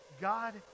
God